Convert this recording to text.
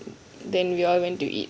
then we all went to eat